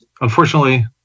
Unfortunately